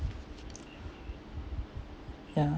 yeah